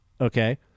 Okay